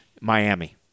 Miami